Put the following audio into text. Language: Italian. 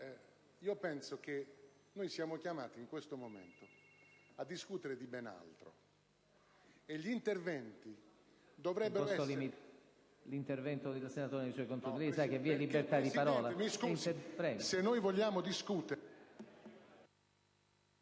Io penso che noi siamo chiamati in questo momento a discutere di ben altro, e gli interventi dovrebbero essere...